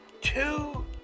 two